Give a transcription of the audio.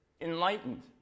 enlightened